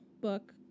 book